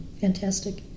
fantastic